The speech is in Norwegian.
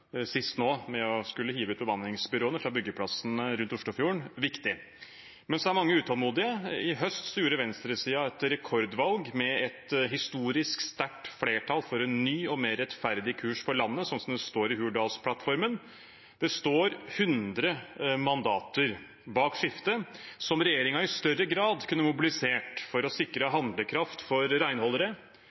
sist nå med å skulle hive ut bemanningsbyråene fra byggeplassene rundt Oslofjorden – viktig. Men så er mange utålmodige. I høst gjorde venstresiden et rekordvalg med et historisk sterkt flertall for en ny og mer rettferdig kurs for landet, som det står i Hurdalsplattformen. Det står 100 mandater bak skiftet, som regjeringen i større grad kunne mobilisert for å sikre handlekraft for